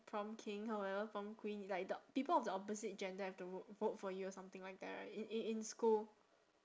prom king or whatever prom queen like the people of the opposite gender have to vote vote for you or something like that right in in in school